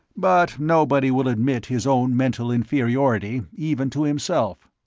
but nobody will admit his own mental inferiority, even to himself.